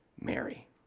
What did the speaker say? Mary